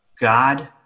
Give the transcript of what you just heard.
God